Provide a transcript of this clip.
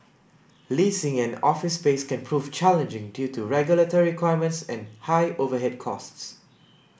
leasing an office space can prove challenging due to regulatory requirements and high overhead costs